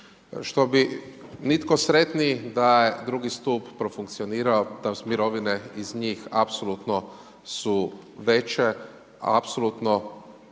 Što bi nitko sretniji da je drugi stup profunkcionirao, da su mirovine iz njih apsolutno su veće i apsolutno,